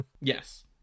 yes